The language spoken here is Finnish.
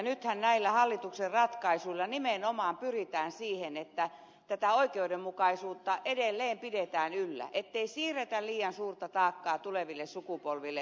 nythän näillä hallituksen ratkaisuilla nimenomaan pyritään siihen että tätä oikeudenmukaisuutta edelleen pidetään yllä ettei siirretä liian suurta taakkaa tuleville sukupolville